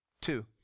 Two